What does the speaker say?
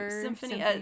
Symphony